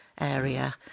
area